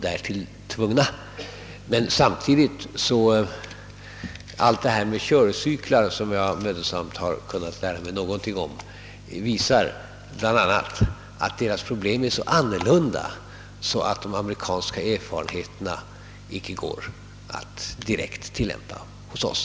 Men uppgifterna beträffande körcyklar och dylikt, som jag mödosamt lyckats lära mig något om, visar bl.a. att deras problem är så annorlunda, att de amerikanska erfarenheterna icke direkt kan tillämpas hos oss.